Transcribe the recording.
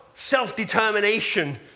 self-determination